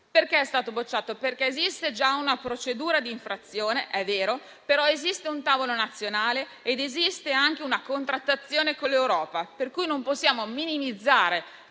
È stato bocciato, perché esiste già una procedura di infrazione - è vero - però esiste un tavolo nazionale ed esiste anche una contrattazione con l'Europa, per cui non possiamo minimizzare